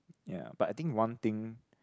ya but I think one thing